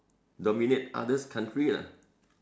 dominate others country lah